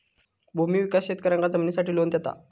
भूमि विकास शेतकऱ्यांका जमिनीसाठी लोन देता